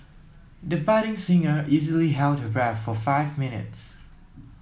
the budding singer easily held her breath for five minutes